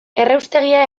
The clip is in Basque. erraustegia